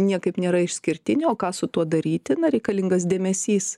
niekaip nėra išskirtinė o ką su tuo daryti na reikalingas dėmesys